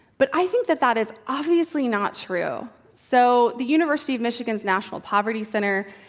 but i think that that is obviously not true. so, the university of michigan's national poverty center,